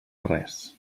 res